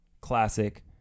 classic